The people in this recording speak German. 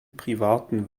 privaten